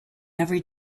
every